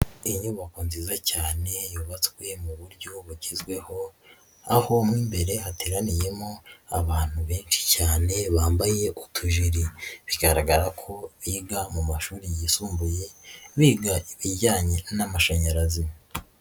Inyubako nziza cyane yubatswe mu buryo bugezweho, ahobere hateraniyemo abantu benshi cyane bambaye utujiri, bigaragara ko biga mu mashuri yisumbuye biga ibijyanye n'amashanyarazi.